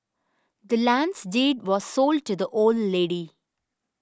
the land's deed was sold to the old lady